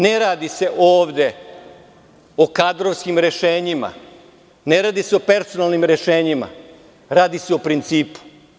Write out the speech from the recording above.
Ne radi se ovde o kadrovskim rešenjima, ne radi se o personalnim rešenjima, radi se o principu.